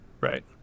right